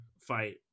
fight